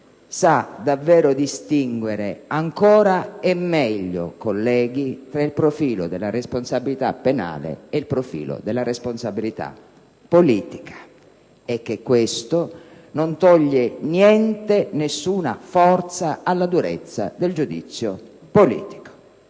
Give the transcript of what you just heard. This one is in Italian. sa davvero distinguere, ancora e meglio, colleghi, tra il profilo della responsabilità penale ed il profilo della responsabilità politica, e che questo non toglie niente, nessuna forza alla durezza del giudizio politico.